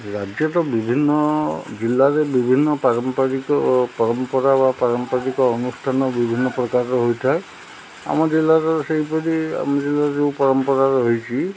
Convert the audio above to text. ରାଜ୍ୟ ତ ବିଭିନ୍ନ ଜିଲ୍ଲାରେ ବିଭିନ୍ନ ପାରମ୍ପାରିକ ପରମ୍ପରା ବା ପାରମ୍ପରିକ ଅନୁଷ୍ଠାନ ବିଭିନ୍ନ ପ୍ରକାରର ହୋଇଥାଏ ଆମ ଜିଲ୍ଲାର ସେହିପରି ଆମ ଜିଲ୍ଲାର ଯେଉଁ ପରମ୍ପରା ରହିଛି